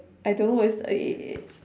I don't know whether it's it it